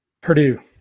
Purdue